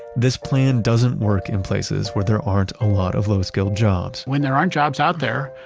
this plan doesn't work in places where there aren't a lot of low-skilled jobs when there aren't jobs out there,